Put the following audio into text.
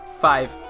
Five